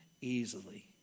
easily